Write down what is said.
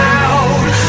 out